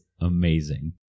amazing